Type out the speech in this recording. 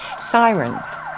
sirens